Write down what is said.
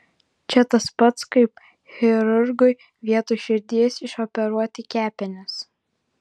čia tas pats kaip chirurgui vietoj širdies išoperuoti kepenis